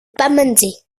pamandzi